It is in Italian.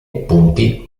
punti